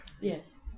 Yes